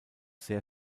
sehr